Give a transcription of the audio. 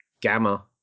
Gamma